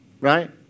right